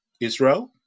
Israel